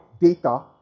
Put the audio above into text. data